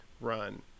run